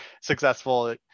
successful